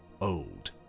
old